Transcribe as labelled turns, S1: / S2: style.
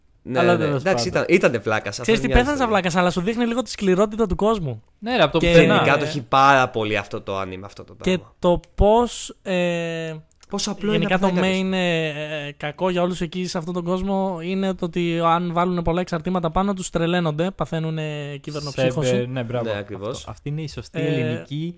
S1: Ναι,
S2: Αλλά
S1: ναι, ναι.
S2: τέλος
S1: Εντάξει,
S2: πάντων.
S1: ήταν- ήτανε βλάκας, σαν
S2: Ξέρεις τι,
S1: μια άλλη
S2: πέθανε σαν
S1: ιστορία.
S2: βλάκας, αλλά σου δείχνει λίγο τη σκληρότητα του κόσμου.
S3: Ναι, ρε, απ' το
S1: Και
S3: πουθενά.
S1: γενικά το
S2: Ε,
S1: έχει πάρα πολύ αυτό το άνοιγμα, αυτό το
S2: και
S1: πράγμα.
S2: το πώς, ε,
S1: Πόσο απλό είναι
S2: γενικά
S1: απλά
S2: το
S1: να
S2: main
S1: κάνεις.
S2: είναι, ε, κακό για όλους εκεί σε αυτόν τον κόσμο είναι το ότι αν βάλουν πολλά εξαρτήματα πάνω τους, τρελαίνονται, παθαίνουνε κυβερνοψύχωση.
S3: Σε- ε, ναι, μπράβο.
S1: Ναι, ακριβώς.
S3: Αυτό- αυτή είναι η σωστή
S2: Ε,
S3: ελληνική